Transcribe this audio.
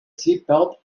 seatbelt